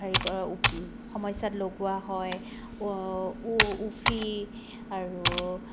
হেৰি কৰা সমস্যাত লগোৱা হয় উফি আৰু